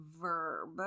verb